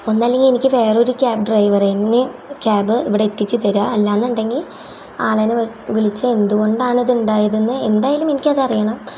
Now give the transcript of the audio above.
ഒന്നല്ലെങ്കിൽ എനിക്ക് വേറൊരു ക്യാബ് ഡ്രൈവറെങ്ങനെ ക്യാബ് ഇവിടെ എത്തിച്ചു തരിക അല്ലയെന്നുണ്ടെങ്കിൽ ആൾ തന്നെ വി വിളിച്ച് എന്തുകൊണ്ടാണ് ഇതുണ്ടായതെന്ന് എന്തായാലും എനിക്കതറിയണം